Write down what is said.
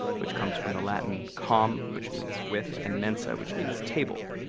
which comes from the latin com, which means with, and mensa, which means table.